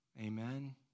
Amen